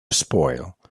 spoil